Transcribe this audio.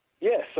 Yes